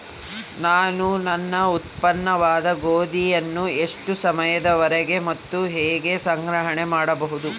ನಾನು ನನ್ನ ಉತ್ಪನ್ನವಾದ ಗೋಧಿಯನ್ನು ಎಷ್ಟು ಸಮಯದವರೆಗೆ ಮತ್ತು ಹೇಗೆ ಸಂಗ್ರಹಣೆ ಮಾಡಬಹುದು?